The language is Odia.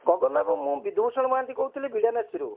ଗଗନ ବାବୁ ମୁଁ ବିଧୁଭୂଷଣ ମହାନ୍ତି କହୁଥିଲି ବିଡ଼ାନାସୀରୁ